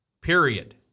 period